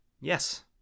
Yes